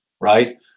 right